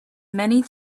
many